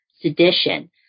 sedition